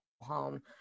home